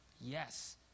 Yes